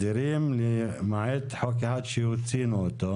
היינו בעיכוב כתוצאה מחוק אחר שהצבענו עליו.